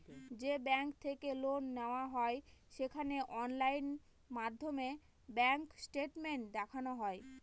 যে ব্যাঙ্ক থেকে লোন নেওয়া হয় সেখানে অনলাইন মাধ্যমে ব্যাঙ্ক স্টেটমেন্ট দেখানো হয়